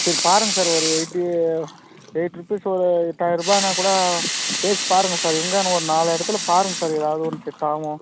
சரி பாருங்கள் சார் ஒரு எய்ட்டு எய்ட் ரூபீஸ் ஒரு எட்டாயிரம் ரூபான்னா கூட பேசி பாருங்கள் சார் எங்கே ஒரு நாலு இடத்துல பாருங்கள் சார் எதாவது ஒன்று செட் ஆவும்